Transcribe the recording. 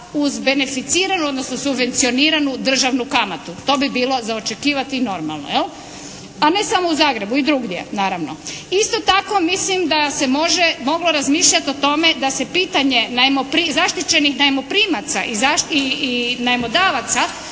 uz beneficiranu, odnosno subvencioniranu državnu kamatu. To bi bilo za očekivati i normalno jel', a ne samo u Zagrebu i drugdje naravno. Isto tako mislim da se moglo razmišljati o tome da se pitanje zaštićenih najmoprimaca i najmodavaca